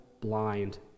blind